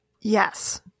Yes